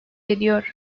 ediyor